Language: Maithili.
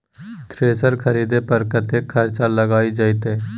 थ्रेसर खरीदे पर कतेक खर्च लाईग जाईत?